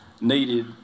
needed